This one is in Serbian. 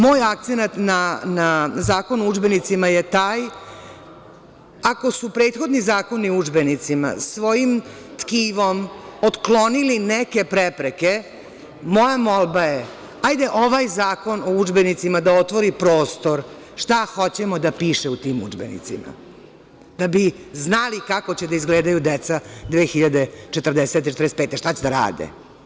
Moj akcenat na Zakon o udžbenicima je taj – ako su prethodni zakoni o udžbenicima svojim tkivom otklonili neke prepreke, moja molba je – hajde ovaj Zakon o udžbenicima da otvori prostor šta hoćemo da piše u tim udžbenicima da bi znali kako će da izgledaju deca 2040. godine, 2045. godine, šta će da rade.